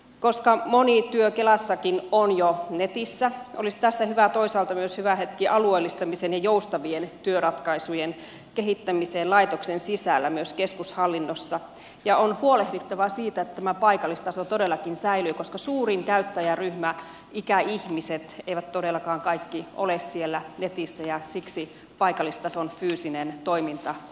koska moni työ kelassakin on jo netissä olisi tässä toisaalta myös hyvä hetki alueellistamisen ja joustavien työratkaisujen kehittämiseen laitoksen sisällä myös keskushallinnossa ja on huolehdittava siitä että tämä paikallistaso todellakin säilyy koska suurin käyttäjäryhmä ikäihmiset ei todellakaan kaikki ole siellä netissä ja siksi paikallistason fyysinen toiminta on säilytettävä